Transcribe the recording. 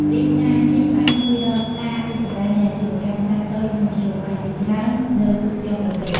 ទីផ្សារនេះបានជួយដល់ការរីកចម្រើននៃអាជីវកម្មខ្នាតតូចនិងមធ្យមជាច្រើននៅទូទាំងប្រទេស។